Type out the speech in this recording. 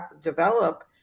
develop